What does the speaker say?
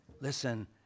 listen